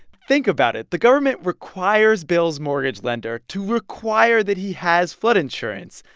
think about it. the government requires bill's mortgage lender to require that he has flood insurance.